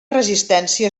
resistència